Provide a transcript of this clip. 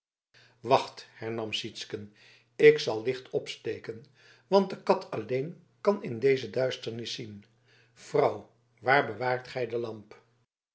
wacht hernam sytsken ik zal licht opsteken want de kat alleen kan in deze duisternis zien vrouw waar bewaart gij de lamp